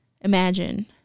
imagine